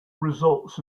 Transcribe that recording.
results